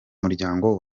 muryango